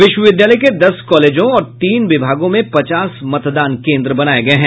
विश्वविद्यालय के दस कॉलेजों और तीन विभागों में पचास मतदान केंद्र बनाये गये हैं